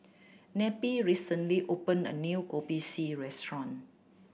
Neppie recently opened a new Kopi C restaurant